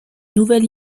nouvelle